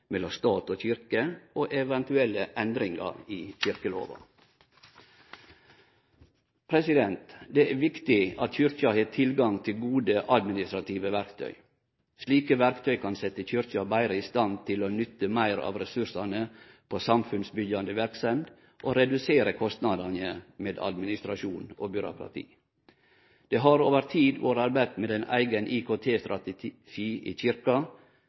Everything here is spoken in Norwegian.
mellom stat og kyrkje og eventuelle endringar i kyrkjelova. Det er viktig at Kyrkja har tilgang til gode administrative verktøy. Slike verktøy kan setje Kyrkja betre i stand til å nytte meir av ressursane til samfunnsbyggjande verksemd og redusere kostnadane med administrasjon og byråkrati. Det har over tid vore arbeidd med ein eigen IKT-strategi i